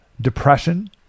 depression